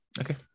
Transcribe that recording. Okay